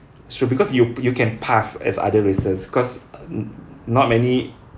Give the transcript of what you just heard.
should because you you can pass as other races because not many